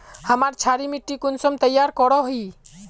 हमार क्षारी मिट्टी कुंसम तैयार करोही?